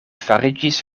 fariĝis